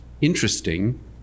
interesting